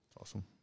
Awesome